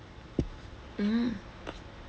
mm